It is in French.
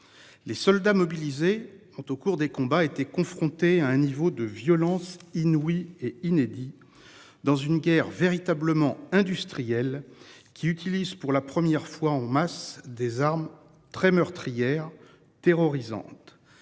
Les soldats mobilisés quant au cours des combats étaient confrontés à un niveau de violence inouïe et inédit dans une guerre véritablement industriels qui utilisent pour la première fois en masse des armes très meurtrières terrorisante.